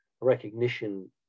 recognition